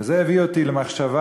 וזה הביא אותי למחשבה: